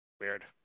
Weird